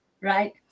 right